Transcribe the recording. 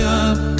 up